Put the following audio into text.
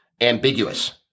ambiguous